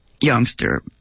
youngster